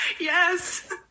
yes